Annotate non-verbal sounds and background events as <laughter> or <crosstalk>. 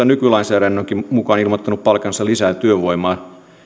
<unintelligible> nykylainsäädännönkin mukaan ilmoittanut palkanneensa lisää työvoimaa